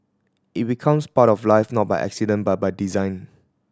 it becomes part of life not by accident but by design